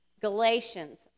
Galatians